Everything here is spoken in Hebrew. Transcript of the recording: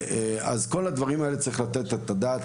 על כל הדברים האלה צריך לתת את הדעת.